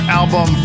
album